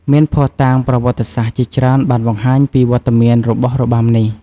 មានភស្តុតាងប្រវត្តិសាស្ត្រជាច្រើនបានបង្ហាញពីវត្តមានរបស់របាំនេះ។